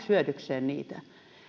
hyödykseen